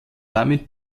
damit